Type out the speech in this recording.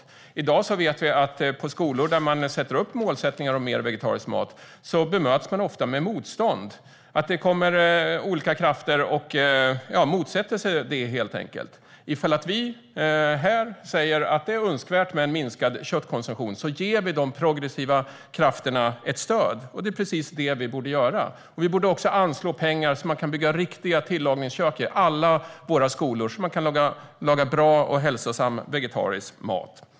Vi vet att skolor som sätter upp målsättningar om mer vegetarisk mat ofta möts av motstånd i dag. Det kommer helt enkelt olika krafter och motsätter sig det. Ifall vi här säger att det är önskvärt med minskad köttkonsumtion ger vi de progressiva krafterna ett stöd, och det är precis det vi borde göra. Vi borde också anslå pengar så att man kan bygga riktiga tillagningskök i alla våra skolor, så att man kan laga bra och hälsosam vegetarisk mat.